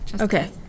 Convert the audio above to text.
Okay